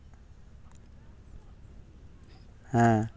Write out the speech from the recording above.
ᱦᱮᱸ